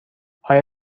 آیا